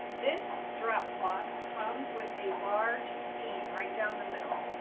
this drop cloth comes with a large seam right down the middle.